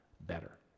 better